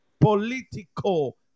Political